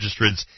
registrants